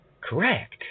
correct